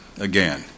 again